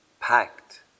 packed